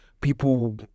people